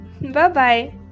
Bye-bye